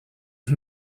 can